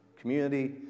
community